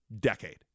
decade